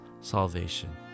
salvation